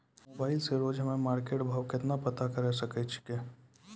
Mobile से रोजे हम्मे मार्केट भाव केना पता करे सकय छियै?